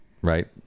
Right